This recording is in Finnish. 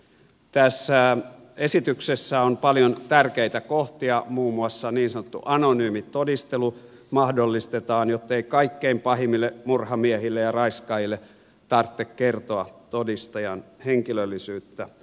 tässä esityksessä on paljon tärkeitä kohtia muun muassa niin sanottu anonyymi todistelu mahdollistetaan jottei kaikkein pahimmille murhamiehille ja raiskaajille tarvitse kertoa todistajan henkilöllisyyttä